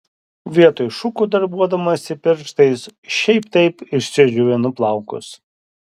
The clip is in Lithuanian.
vietoj šukų darbuodamasi pirštais šiaip taip išsidžiovinu plaukus